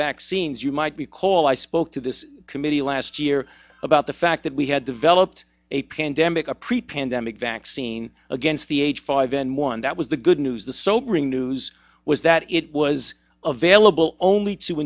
vaccines you might be called i spoke to this committee last year about the fact that we had developed a pandemic a preplanned amec vaccine against the h five n one that was the good news the sobering news was that it was available only t